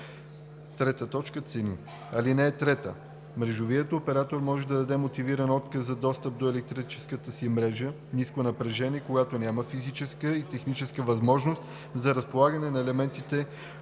на достъпа; 3. Цени. (3) Мрежовият оператор може да даде мотивиран отказ за достъп до електрическа мрежа ниско напрежение, когато няма физическа и техническа възможност за разполагане на елементи